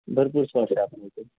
भरपूर स्पॉट्स आहे आपल्या इथे